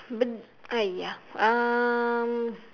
but !aiya! um